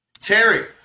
Terry